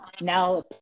Now